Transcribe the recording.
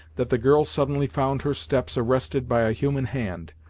that the girl suddenly found her steps arrested by a human hand,